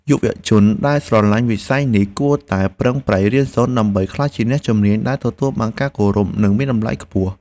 យុវជនដែលស្រឡាញ់វិស័យនេះគួរតែប្រឹងប្រែងរៀនសូត្រ ដើម្បីក្លាយជាអ្នកជំនាញដែលទទួលបានការគោរពនិងមានតម្លៃខ្ពស់។